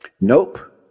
Nope